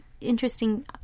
interesting